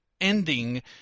ending